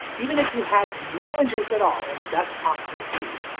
even if you had no interest at all in a desktop pc,